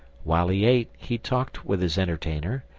while he ate, he talked with his entertainer,